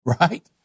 Right